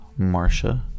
Marsha